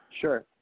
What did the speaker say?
Sure